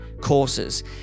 courses